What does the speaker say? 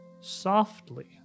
softly